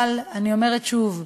אבל אני אומרת שוב,